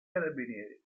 carabinieri